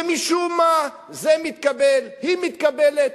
ומשום מה, זה מתקבל, היא מתקבלת,